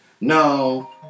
No